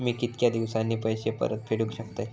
मी कीतक्या दिवसांनी पैसे परत फेडुक शकतय?